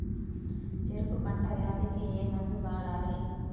చెరుకు పంట వ్యాధి కి ఏ మందు వాడాలి?